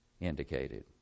indicated